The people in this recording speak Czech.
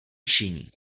činí